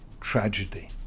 tragedy